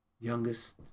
youngest